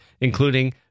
including